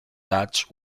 dutch